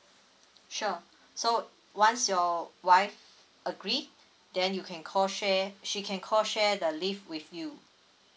sure so once your wife agreed then you can co share she can co share the leave with you